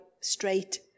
straight